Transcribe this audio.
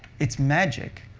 it's magic.